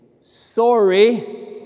sorry